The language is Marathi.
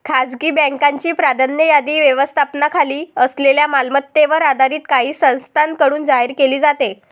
खासगी बँकांची प्राधान्य यादी व्यवस्थापनाखाली असलेल्या मालमत्तेवर आधारित काही संस्थांकडून जाहीर केली जाते